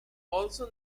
also